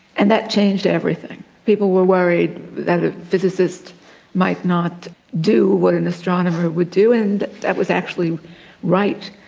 and that changed everything. people were worried that a physicist might not do what an astronomer would do and that was actually right,